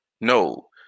No